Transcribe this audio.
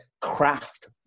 craft